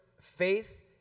faith